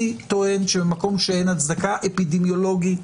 אני טוען שבמקום שאין הצדקה אפידמיולוגית